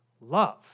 love